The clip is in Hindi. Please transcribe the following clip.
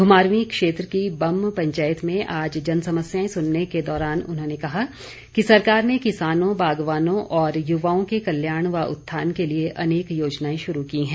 घुमारवीं क्षेत्र की बम्म पंचायत में आज जन समस्याएं सुनने के दौरान उन्होंने कहा कि सरकार ने किसानों बागवानों और युवाओं के कल्याण व उत्थान के लिए अनेक योजनाएं शुरू की हैं